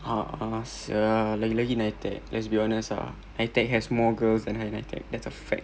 ah a'ah sia lagi lagi NITEC let's be honest ah NITEC has more girls that higher NITEC that's a fact